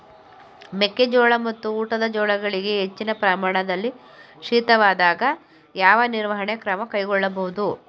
ಮೆಕ್ಕೆ ಜೋಳ ಮತ್ತು ಊಟದ ಜೋಳಗಳಿಗೆ ಹೆಚ್ಚಿನ ಪ್ರಮಾಣದಲ್ಲಿ ಶೀತವಾದಾಗ, ಯಾವ ನಿರ್ವಹಣಾ ಕ್ರಮ ಕೈಗೊಳ್ಳಬೇಕು?